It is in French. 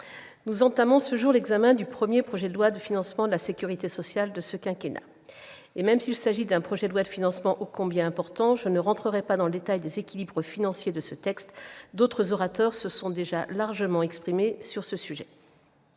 nous entamons ce jour l'examen du premier projet de loi de financement de la sécurité sociale de ce quinquennat. Même s'il s'agit d'un projet de loi de financement ô combien important, je n'entrerai pas dans le détail de ses équilibres financiers, d'autres orateurs s'étant largement exprimés sur ce sujet.